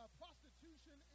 prostitution